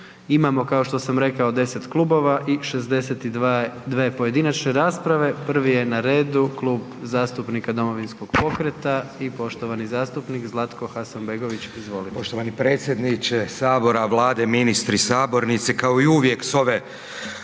Imamo kao što sam rekao 10 klubova i 62 pojedinačne rasprave. Prvi je na redu Klub zastupnika Domovinskog pokreta i poštovani zastupnik Zlatko Hasanbegović. Izvolite.